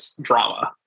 drama